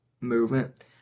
movement